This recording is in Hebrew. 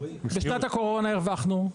בשנת הקורונה הרווחנו,